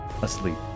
asleep